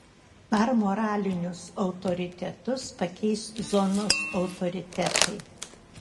ar moralinius autoritetus pakeis zonos autoritetai